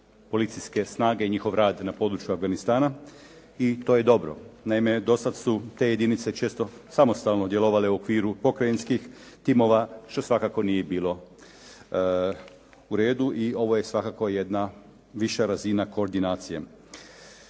policijske snage i njihov rad na području Afganistana i to je dobro. Naime do sada su te jedinice često samostalno djelovale u okviru pokrajinskih timova što svakako nije bilo u redu i ovo je svakako jedna viša razina koordinacije.